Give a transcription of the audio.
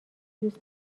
دوست